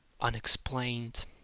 unexplained